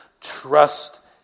Trust